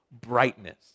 brightness